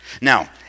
Now